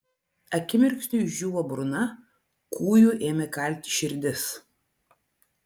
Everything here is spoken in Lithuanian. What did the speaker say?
akimirksniu išdžiūvo burna kūju ėmė kalti širdis